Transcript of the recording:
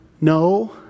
no